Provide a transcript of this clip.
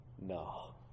no